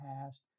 past